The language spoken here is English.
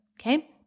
Okay